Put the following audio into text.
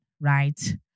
right